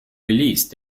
geleast